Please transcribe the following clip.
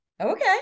okay